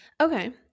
Okay